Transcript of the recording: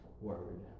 word